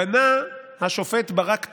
בנה השופט ברק תזה: